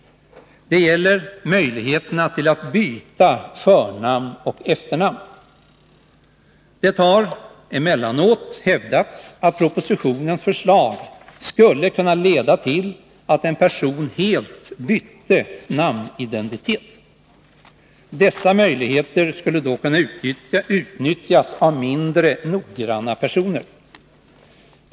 Det gäller möjligheterna att byta förnamn och efternamn. Det har emellanåt hävdats att propositionens förslag skulle kunna leda till att en person helt bytte namnidentitet. Dessa möjligheter skulle då kunna utnyttjas av mindre noggranna personer.